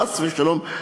חס ושלום,